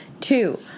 two